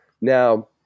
Now